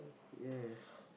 yes